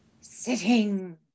sitting